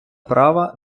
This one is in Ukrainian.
права